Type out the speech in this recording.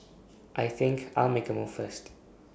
I think I'll make A move first